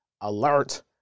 alert